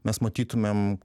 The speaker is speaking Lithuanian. mes matytumėm